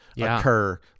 occur